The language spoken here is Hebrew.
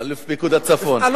מפקד פיקוד.